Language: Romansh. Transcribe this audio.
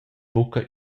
buca